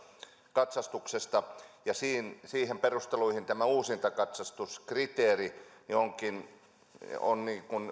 katsastuksesta ja niihin perusteluihin tämä uusintakatsastuskriteeri on